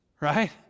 right